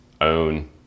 own